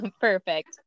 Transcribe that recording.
Perfect